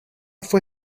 fue